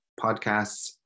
podcasts